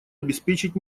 обеспечить